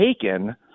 taken